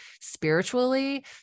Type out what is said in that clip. spiritually